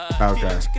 Okay